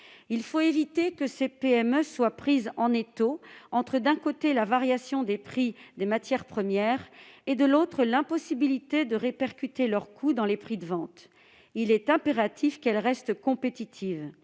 Il faut éviter que ces PME ne soient prises en étau entre, d'un côté, la variation des tarifs des matières premières et, de l'autre, l'impossibilité de répercuter leurs coûts sur les prix de vente. Il est impératif qu'elles restent compétitives.